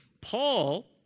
Paul